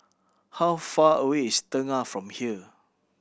how far away is Tengah from here